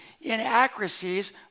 inaccuracies